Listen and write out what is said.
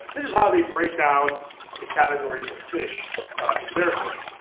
this is how they break down the categories of fish in their book,